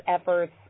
efforts